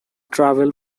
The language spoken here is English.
travel